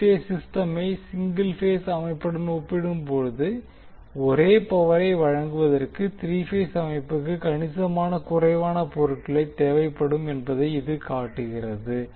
three phase சிஸ்டமை single phase அமைப்புடன் ஒப்பிடும்போது ஒரே பவரை வழங்குவதற்கு த்ரீ பேஸ் அமைப்புபுக்கு கணிசமாக குறைவான பொருட்களே தேவைப்படும் என்பதை இது காட்டுகிறது